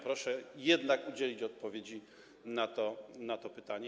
Proszę jednak udzielić odpowiedzi na to pytanie.